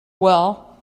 well